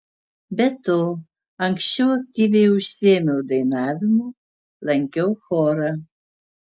be to anksčiau aktyviai užsiėmiau dainavimu lankiau chorą